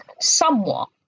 Somewhat